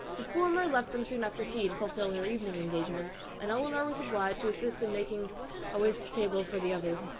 the former left them soon after tea to fulfill her evening engagements and elinor was obliged to assist in making a whist table for the others.